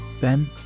Ben